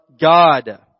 God